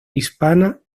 hispana